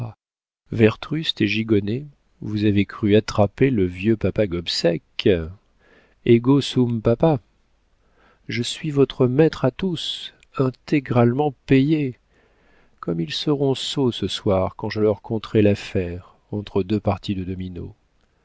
ah werbrust et gigonnet vous avez cru attraper le vieux papa gobseck ego sum papa je suis votre maître à tous intégralement payé comme ils seront sots ce soir quand je leur conterai l'affaire entre deux parties de domino